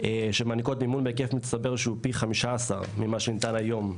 שמעניקות מימון בהיקף מצטבר שהוא פי 15 ממה שניתן היום,